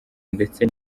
ndetse